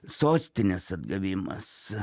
sostinės atgavimas